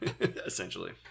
essentially